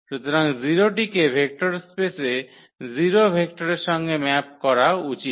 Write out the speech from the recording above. সুতরাং 0 টিকে ভেক্টর স্পেসে 0 ভেক্টরের সঙ্গে ম্যাপ করা উচিত